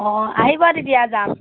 অঁ আহিব তেতিয়া যাম